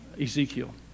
Ezekiel